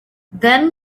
then